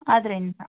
ಆದ್ದರಿಂದ